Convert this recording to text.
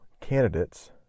candidates